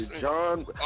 John